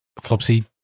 Flopsy